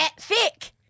Thick